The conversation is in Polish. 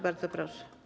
Bardzo proszę.